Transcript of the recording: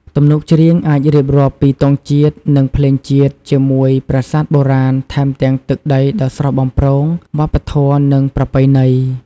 ទំនុកច្រៀងអាចរៀបរាប់ពី ទង់ជាតិ និងភ្លេងជាតិជាមួយប្រាសាទបុរាណ ថែមទាំងទឹកដីដ៏ស្រស់បំព្រង វប្បធម៌ និងប្រពៃណី។